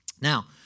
Now